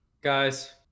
guys